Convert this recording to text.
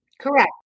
Correct